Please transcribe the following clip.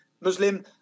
Muslim